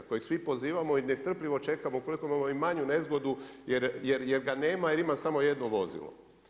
Kojeg svi pozivamo i nestrpljivo čekamo, ukoliko imamo i manju nezgodu, jer ga nema, jer ima samo 1 vozilo.